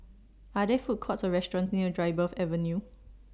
Are There Food Courts Or restaurants near Dryburgh Avenue